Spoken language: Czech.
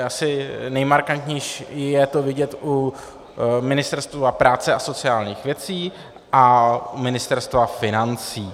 Asi nejmarkantněji je to vidět u Ministerstva práce a sociálních věcí a Ministerstva financí.